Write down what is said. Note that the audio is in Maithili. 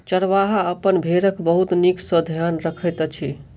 चरवाहा अपन भेड़क बहुत नीक सॅ ध्यान रखैत अछि